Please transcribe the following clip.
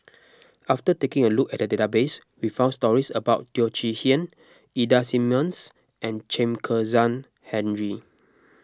after taking a look at the database we found stories about Teo Chee Hean Ida Simmons and Chen Kezhan Henri